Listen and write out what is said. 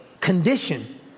condition